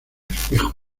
espejo